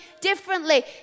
differently